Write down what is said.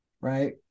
right